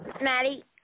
Maddie